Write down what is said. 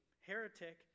heretic